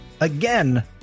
again